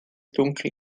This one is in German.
dunkel